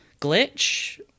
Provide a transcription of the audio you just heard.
Glitch